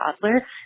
toddler